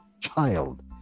child